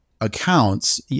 accounts